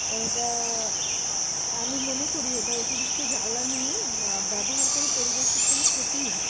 এটা আমি মনে করি এটা অতিরিক্ত জ্বালানি ব্যবহার করে পরিবেশের জন্য ক্ষতিই হয়